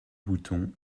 bouton